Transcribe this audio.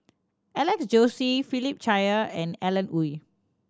Alex Josey Philip Chia and Alan Oei